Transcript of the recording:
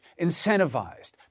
incentivized